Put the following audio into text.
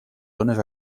zones